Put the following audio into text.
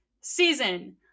season